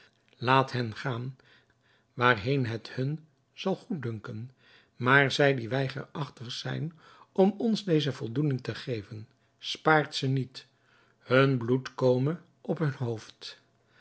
laat hen gaan waarheen het hun zal goeddunken maar zij die weigerachtig zijn om ons deze voldoening te geven spaart ze niet hun bloed kome op hun hoofd